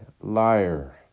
liar